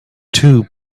two